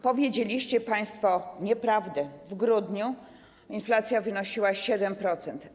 Powiedzieliście państwo nieprawdę, w grudniu inflacja wynosiła 7%.